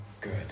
good